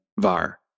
var